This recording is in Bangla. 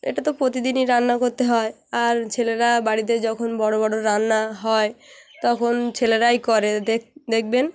এটা তো প্রতিদিনই রান্না করতে হয় আর ছেলেরা বাড়িতে যখন বড় বড় রান্না হয় তখন ছেলেরাই করে দেখবেন